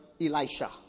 Elisha